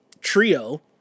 trio